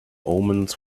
omens